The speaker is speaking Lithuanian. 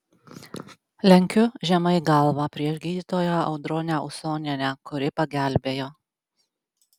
lenkiu žemai galvą prieš gydytoją audronę usonienę kuri pagelbėjo